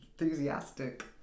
Enthusiastic